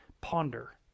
Ponder